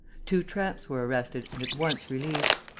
two tramps were arrested and at once released.